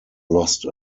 lost